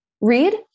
read